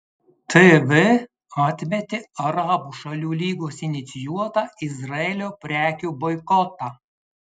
tv atmetė arabų šalių lygos inicijuotą izraelio prekių boikotą